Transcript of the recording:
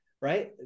right